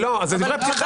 זה דברי פתיחה.